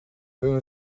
hun